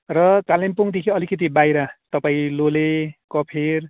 र कालिम्पोङदेखि अलिकति बाहिर तपाईँ लोले कफेर